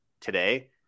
today